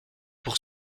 pour